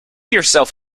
yourself